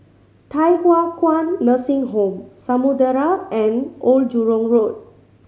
Thye Hua Kwan Nursing Home Samudera and Old Jurong Road